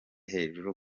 hejuru